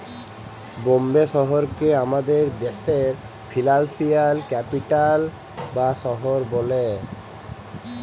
বম্বে শহরকে আমাদের দ্যাশের ফিল্যালসিয়াল ক্যাপিটাল বা শহর ব্যলে